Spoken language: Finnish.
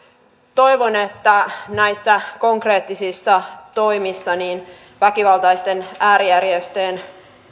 toivon että näissä konkreettisissa toimissa niin väkivaltaisten äärijärjestöjen